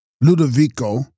Ludovico